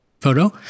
photo